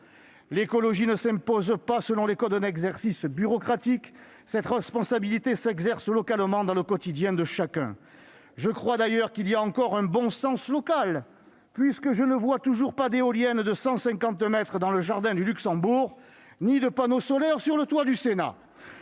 L'écologie ne s'impose pas selon les codes d'un exercice bureaucratique. Cette responsabilité s'exerce localement, dans le quotidien de chacun. Je pense d'ailleurs qu'il existe encore un bon sens local, puisque je ne vois toujours aucune éolienne de 150 mètres de haut dans le jardin du Luxembourg ni de panneaux solaires sur le toit du Sénat